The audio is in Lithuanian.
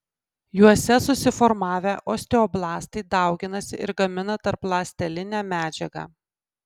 juose susiformavę osteoblastai dauginasi ir gamina tarpląstelinę medžiagą